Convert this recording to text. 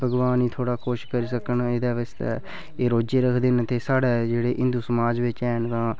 एह्दे आस्तै एह् रोजे रक्खदे न साढ़े जेह्डे़ हिन्दु समाज च ओह् बर्त रखदे न